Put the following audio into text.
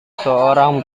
seorang